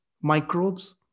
microbes